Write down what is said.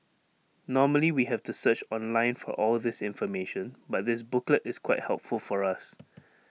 normally we have to search online for all this information but this booklet is quite helpful for us